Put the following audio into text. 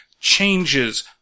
changes